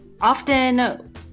often